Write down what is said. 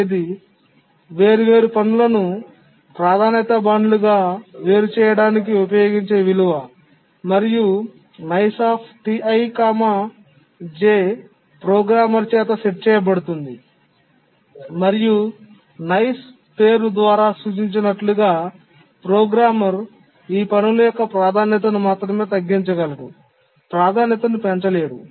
అనేది వేర్వేరు పనులను ప్రాధాన్యతా బ్యాండ్లుగా వేరు చేయడానికి ఉపయోగించే విలువ మరియు ప్రోగ్రామర్ చేత సెట్ చేయబడుతుంది మరియు nice పేరు ద్వారా సూచించినట్లుగా ప్రోగ్రామర్ ఈ పనుల యొక్క ప్రాధాన్యతను మాత్రమే తగ్గించగలడు ప్రాధాన్యతను పెంచలేడు